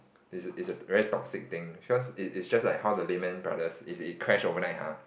it's it's a very toxic thing because it's it's just like how the Lehman Brothers if it crash overnight ha